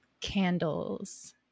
Candles